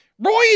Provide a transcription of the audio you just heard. Roy